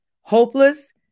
hopeless